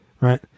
Right